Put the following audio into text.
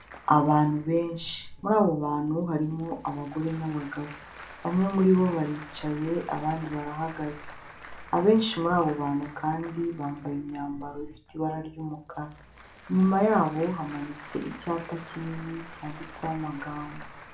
Abantu benshi. Muri abo bantu, harimo abagore n'abagabo. Bamwe muri bo baricaye, abandi barahagaze. Abenshi muri abo bantu kandi, bambaye imyambaro ifite ibara ry'umukara. Inyuma yabo, hamanitse icyapa kinini cyanditseho amagambo.